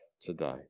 today